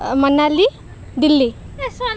Manali Delhi